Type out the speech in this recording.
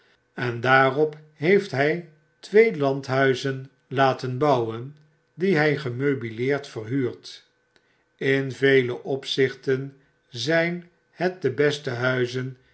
en daarop heeft ht twee landnuizen laten bouwen die hi gemeubileerd verhuurt in vele opzichten zyn bet de beste huizen